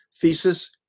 thesis